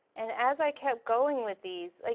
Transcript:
and as i kept going with these,